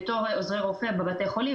בתור עוזרי רופא בבתי חולים,